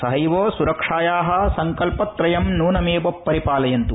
सहैव सुरक्षाया सङ्कल्पत्रयं नूनमेव परिपालयन्तु